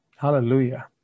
Hallelujah